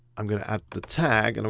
i'm gonna add the tag, and